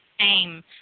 aim